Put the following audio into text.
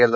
L